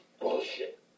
Bullshit